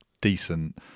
decent